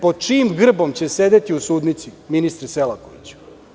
Pod čijim grbom će sedeti u sudnici, ministre Selakoviću?